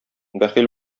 бәхил